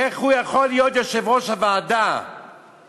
איך הוא יכול להיות יושב-ראש הוועדה כשהוא